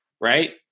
right